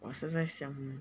我现在想